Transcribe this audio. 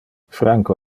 franco